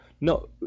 No